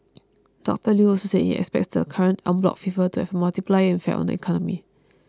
Doctor Lew also said he expects the current en bloc fever to have a multiplier effect on the economy